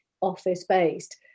office-based